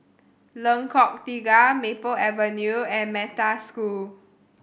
Lengkok Tiga Maple Avenue and Metta School